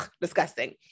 disgusting